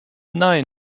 nein